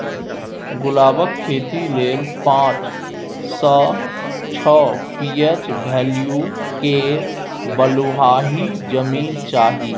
गुलाबक खेती लेल पाँच सँ छओ पी.एच बैल्यु केर बलुआही जमीन चाही